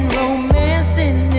romancing